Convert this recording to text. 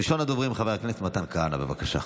ראשון הדוברים, חבר הכנסת מתן כהנא, בבקשה.